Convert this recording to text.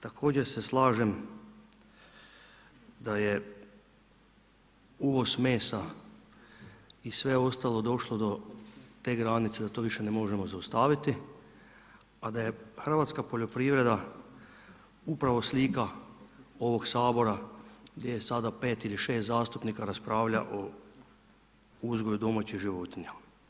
Također se slažem da je uvoz mesa i sve ostalo došlo do te granice da to više ne možemo zaustaviti, a da je hrvatska poljoprivreda upravo slika ovog Sabora gdje je sada 5 ili 6 zastupnika raspravlja o uzgoju domaćih životinja.